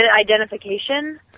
identification